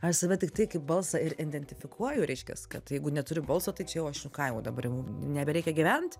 aš save tiktai kaip balsą ir indentifikuoju reiškias kad jeigu neturi balso tai čia jau aš nu ką jau dabar jau nebereikia gyvent